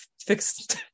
fixed